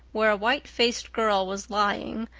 where a white-faced girl was lying,